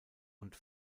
und